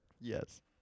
Yes